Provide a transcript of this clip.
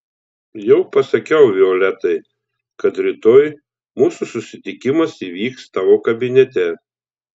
jau pasakiau violetai kad rytoj mūsų susitikimas įvyks tavo kabinete